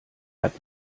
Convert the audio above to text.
hat